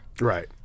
Right